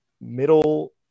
middle